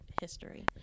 history